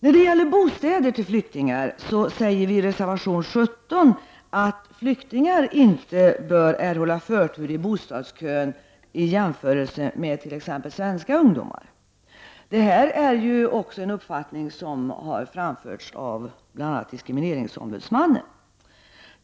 När det gäller bostäder till flyktingar säger vi i reservation 17 att flyktingar inte bör erhålla förtur i bostadskön jämfört med t.ex. svenska ungdomar. Den här uppfattningen har framförts också av bl.a. diskrimineringsombudsmannen.